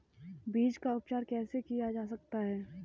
बीज का उपचार कैसे किया जा सकता है?